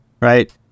right